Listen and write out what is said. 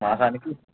మాసానికి